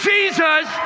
Jesus